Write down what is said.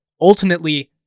Ultimately